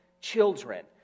children